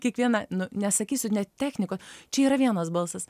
kiekvieną nu nesakysiu ne technikos čia yra vienas balsas